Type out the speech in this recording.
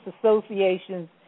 Associations